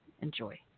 Enjoy